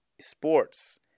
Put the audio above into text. sports